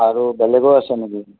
আৰু বেলেগো আছে নেকি